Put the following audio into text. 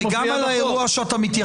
-- וגם על האירוע שאתה מתייחס אליו.